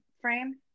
frame